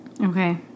Okay